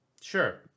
sure